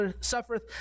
suffereth